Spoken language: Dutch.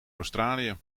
australië